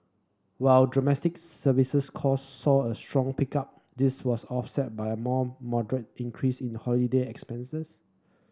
while domestic services cost saw a strong pickup this was offset by a more moderate increase in holiday expenses